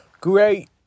Great